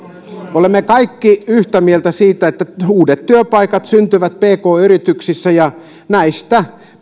olemme kaikki yhtä mieltä siitä että uudet työpaikat syntyvät pk yrityksissä ja näistä